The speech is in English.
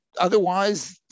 otherwise